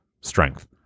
strength